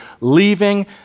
leaving